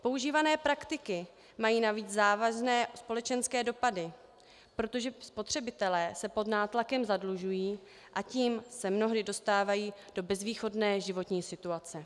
Používané praktiky mají navíc závazné společenské dopady, protože spotřebitelé se pod nátlakem zadlužují, a tím se mnohdy dostávají do bezvýchodné životní situace.